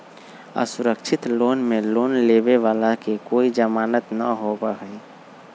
असुरक्षित लोन में लोन लेवे वाला के कोई जमानत न होबा हई